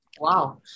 Wow